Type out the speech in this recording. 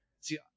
See